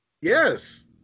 Yes